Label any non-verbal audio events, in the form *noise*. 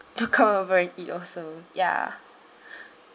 to *laughs* come over and eat also ya *breath*